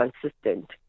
consistent